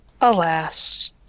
Alas